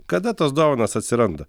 kada tos dovanos atsiranda